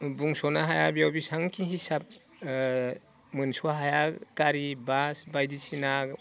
बुंस'नो हाया बेयाव बेसांखि हिसाब मोनस' हाया गारि बास बायदिसिना